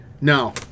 No